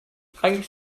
eigentlich